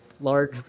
large